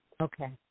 Okay